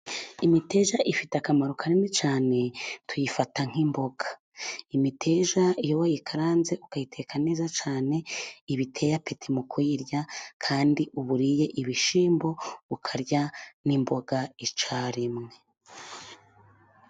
Imiteja ifite akamaro kanini cyane, tuyifata nk'imboga. Imiteja iyo wayikaranze ukayiteka neza cyane, iba iteye apeti mu kuyirya, kandi uba uriye ibishyimbo, ukarya n'imboga icyarimwe.